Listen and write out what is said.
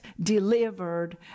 delivered